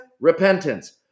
Repentance